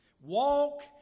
walk